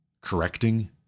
correcting